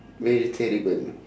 very terrible